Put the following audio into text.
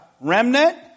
Remnant